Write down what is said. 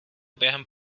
během